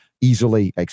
easily